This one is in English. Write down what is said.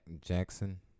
Jackson